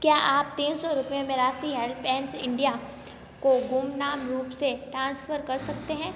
क्या आप तीन सौ रुपये में राशि हेल्पेज इंडिया को गुमनाम रूप से ट्रांसफ़र कर सकते हैं